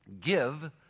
Give